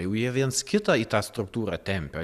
jau jie viens kitą į tą struktūrą tempia